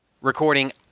recording